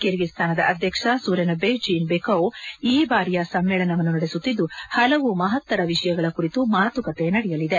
ಕಿರ್ಗೀಸ್ತಾನದ ಅಧ್ಯಕ್ಷ Sooronbay Jeenbekov ಈ ಬಾರಿಯ ಸಮ್ಮೇಳನವನ್ನು ನಡೆಸುತ್ತಿದ್ದು ಹಲವು ಮಹತ್ತರ ವಿಷಯಗಳ ಕುರಿತು ಮಾತುಕತೆ ನಡೆಯಲಿದೆ